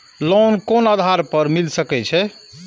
Loan कोन आधार पर मिल सके छे?